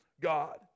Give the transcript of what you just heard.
God